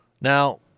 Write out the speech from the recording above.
Now